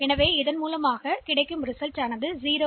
எனவே 0 ஆக மாறும்